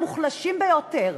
המוחלשים ביותר,